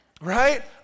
right